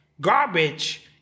garbage